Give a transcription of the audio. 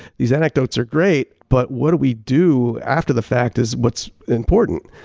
these anecdotes are great but what do we do after the fact is what's important.